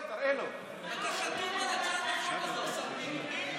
אתה חתום על הצעת החוק הזו, השר ביטון.